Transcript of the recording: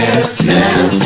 Business